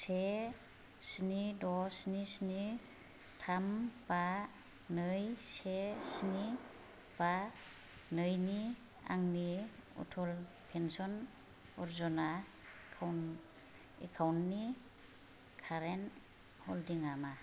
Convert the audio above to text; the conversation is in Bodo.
से स्नि द स्नि स्नि थाम बा नै से स्नि बा नैनि आंनि अटल पेन्सन य'जना एकाउन्ट नि कारेन्ट हल्डिं आ मा